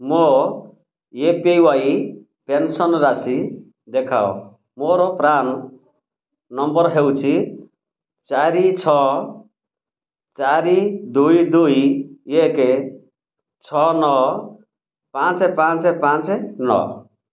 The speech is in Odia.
ମୋ ଏ ପି ୱାଇ ପେନ୍ସନ୍ ରାଶି ଦେଖାଅ ମୋର ପ୍ରାନ୍ ନମ୍ବର୍ ହେଉଛି ଚାରି ଛଅ ଚାରି ଦୁଇ ଦୁଇ ଏକ ଛଅ ନଅ ପାଞ୍ଚ ପାଞ୍ଚ ପାଞ୍ଚ ନଅ